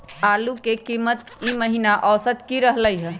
आलू के कीमत ई महिना औसत की रहलई ह?